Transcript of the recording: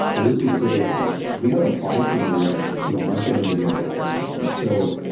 this is great, but we've got to apply some of this to regenerating the visual system. so,